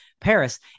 Paris